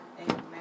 Amen